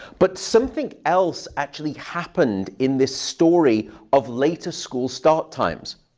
but something else actually happened in this story of later school start times.